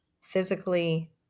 physically